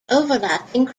overlapping